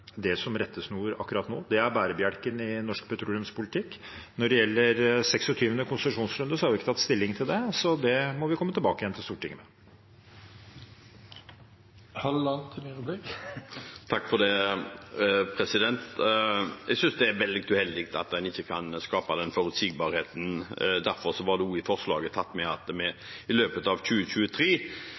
det som rettesnor akkurat nå. Det er bærebjelken i norsk petroleumspolitikk. Når det gjelder 26. konsesjonsrunde, har vi ikke tatt stilling til det, så det må vi komme tilbake til Stortinget med. Jeg synes det er veldig uheldig at man ikke kan skape den forutsigbarheten. Det var derfor det i forslaget var tatt med at det bør være i løpet av 2023.